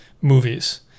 movies